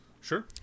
Sure